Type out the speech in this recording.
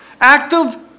Active